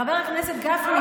חבר הכנסת גפני,